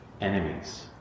enemies